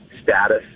Status